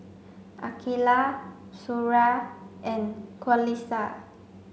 Aqilah Suria and Qalisha